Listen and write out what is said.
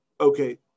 Okay